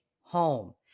home